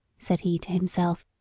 said he to himself,